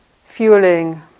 fueling